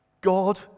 God